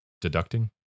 Deducting